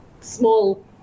small